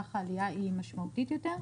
כך העלייה היא משמעותית יותר.